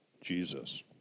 Jesus